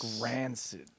rancid